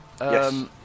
Yes